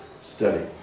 study